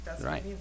right